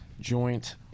joint